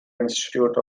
institute